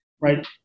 Right